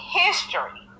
history